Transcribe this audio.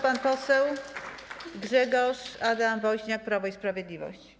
Pan poseł Grzegorz Adam Woźniak, Prawo i Sprawiedliwość.